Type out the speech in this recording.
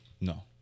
No